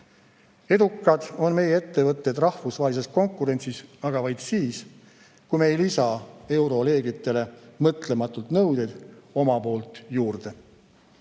Edukad on meie ettevõtted rahvusvahelises konkurentsis aga vaid siis, kui me ei lisa euroreeglitele mõtlematult nõudeid oma poolt juurde.